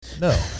No